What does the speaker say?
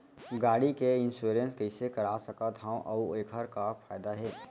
गाड़ी के इन्श्योरेन्स कइसे करा सकत हवं अऊ एखर का फायदा हे?